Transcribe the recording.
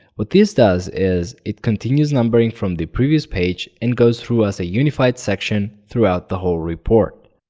what this does is, it continues numbering from the previous page and goes through as a unified section throughout the whole report.